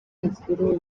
mukuru